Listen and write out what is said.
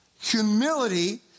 Humility